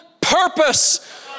purpose